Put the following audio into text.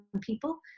people